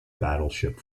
battleship